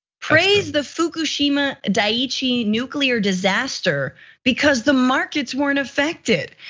praise the fukushima daiichi nuclear disaster because the markets weren't affected.